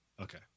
Okay